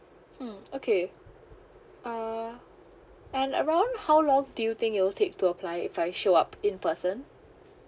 hmm okay uh and around how long do you think it will take to apply if I show up in person